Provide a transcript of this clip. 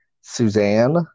Suzanne